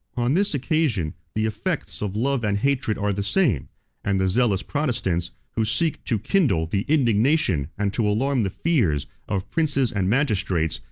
on this occasion the effects of love and hatred are the same and the zealous protestants, who seek to kindle the indignation, and to alarm the fears, of princes and magistrates,